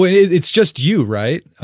it's just you, right,